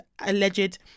alleged